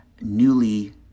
newly